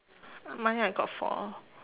mine I got four